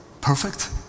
perfect